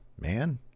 man